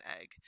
egg